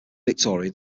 victoria